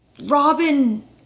Robin